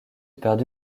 perdu